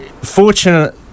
Fortunate